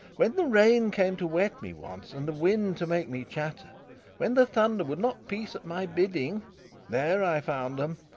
when the rain came to wet me once, and the wind to make me chatter when the thunder would not peace at my bidding there i found em,